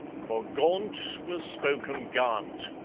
for gaunt was spoken garnt,